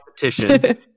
Competition